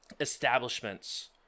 establishments